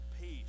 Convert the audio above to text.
peace